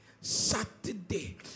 Saturday